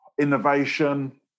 innovation